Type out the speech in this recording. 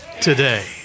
today